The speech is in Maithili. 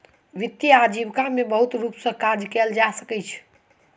वित्तीय आजीविका में बहुत रूप सॅ काज कयल जा सकै छै